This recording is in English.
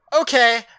okay